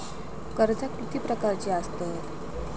कर्जा किती प्रकारची आसतत